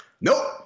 Nope